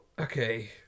Okay